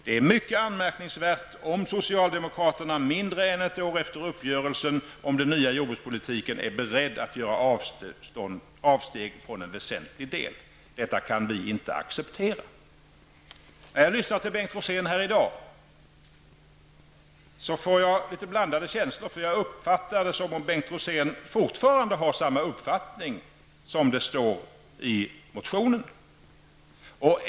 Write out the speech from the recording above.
- Det är mycket anmärkningsvärt om socialdemokraterna mindre än ett år efter uppgörelsen om den nya jordbrukspolitiken är beredd att göra avsteg från en väsentlig del. Detta kan vi inte acceptera.'' När jag lyssnar till Bengt Rosén i dag får jag litet blandade känslor. Jag uppfattar det som om Bengt Rosén fortfarande har samma uppfattning som står i motionen.